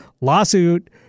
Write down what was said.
lawsuit